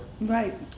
right